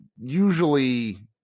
usually